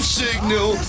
signal